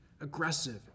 aggressive